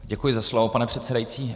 Děkuji za slovo, pane předsedající.